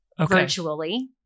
virtually